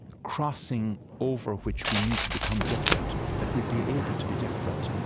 crossing over, which we need to become different, that we'll be able to be different,